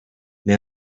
may